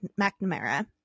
mcnamara